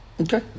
Okay